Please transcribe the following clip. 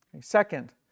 Second